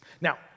Now